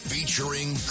Featuring